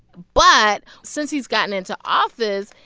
but since he's gotten into office,